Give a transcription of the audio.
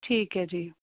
ਠੀਕ ਹੈ ਜੀ